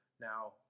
Now